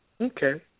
Okay